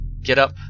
getup